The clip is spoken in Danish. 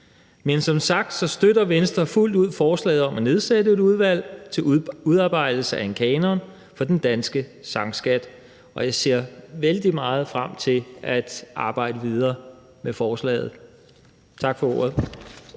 Men som sagt støtter Venstre fuldt ud forslaget om at nedsætte et udvalg til udarbejdelse af en kanon for den danske sangskat. Og jeg ser vældig meget frem til at arbejde videre med forslaget. Tak for ordet.